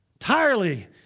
entirely